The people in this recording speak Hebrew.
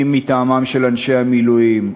אם מטעמם של אנשי המילואים,